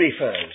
refers